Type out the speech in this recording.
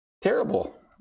terrible